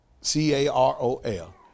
C-A-R-O-L